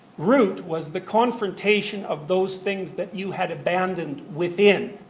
route was the confrontation of those things that you had abandoned within.